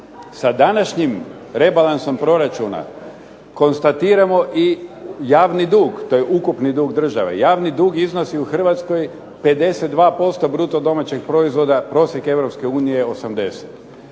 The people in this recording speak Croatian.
Sa današnjim rebalansom proračuna konstatiramo i javni dug. To je ukupni dug države. Javni dug iznosi u Hrvatskoj 52% bruto domaćeg proizvoda. Prosjek Europske unije je